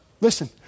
listen